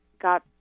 got